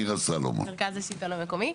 סלומון, מרכז השלטון המקומי.